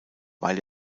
weil